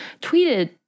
tweeted